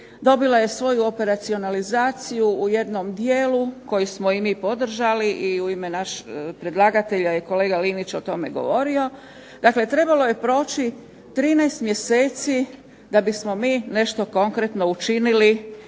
dobila je svoju operacionalizaciju u jednom dijelu koji smo i mi podržali i u ime predlagatelja je kolega Linić o tome govorio, dakle trebalo je proći 13 mjeseci da bismo mi nešto konkretno učinili